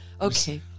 Okay